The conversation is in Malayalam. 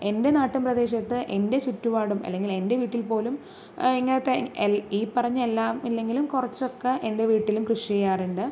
എൻ്റെ നാട്ടിൻ പ്രദേശത്ത് എൻ്റെ ചുറ്റുപാടും അല്ലെങ്കിൽ എൻ്റെ വീട്ടിൽപോലും ഇങ്ങനത്തെ ഈ പറഞ്ഞ എല്ലാം ഇല്ലെങ്കിലും കുറച്ചൊക്ക എൻ്റെ വീട്ടിലും കൃഷി ചെയ്യാറുണ്ട്